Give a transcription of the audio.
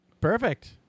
Perfect